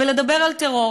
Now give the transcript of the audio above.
ולדבר על טרור.